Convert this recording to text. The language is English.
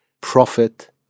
profit